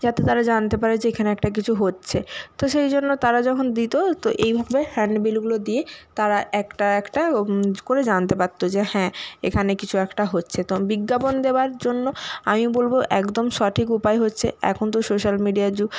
যাতে তারা জানতে পারে যে এখানে একটা কিছু হচ্ছে তো সেই জন্য তারা যখন দিত তো এইভাবে হ্যাণ্ডবিলগুলো দিয়ে তারা একটা একটা করে জানতে পারতো যে হ্যাঁ এখানে কিছু একটা হচ্ছে তো বিজ্ঞাপন দেওয়ার জন্য আমি বলব একদম সঠিক উপায় হচ্ছে এখন তো সোশ্যাল মিডিয়ার যুগ